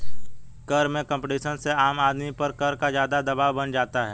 कर में कम्पटीशन से आम आदमी पर कर का ज़्यादा दवाब बन जाता है